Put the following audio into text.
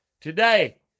today